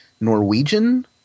Norwegian